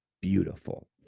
beautiful